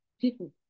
people